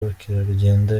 ubukerarugendo